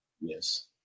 Yes